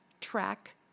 track